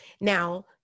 Now